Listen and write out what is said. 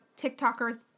TikTokers